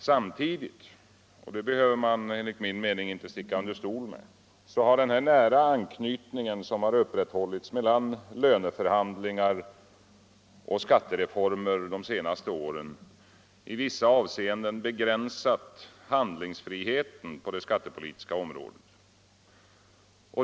Samtidigt — det behöver man enligt min mening inte sticka under stol med — har den nära anknytning som upprätthållits mellan löneförhandlingar och skattereformer de senaste åren i vissa avseenden begränsat handlingsfriheten på det skattepolitiska området.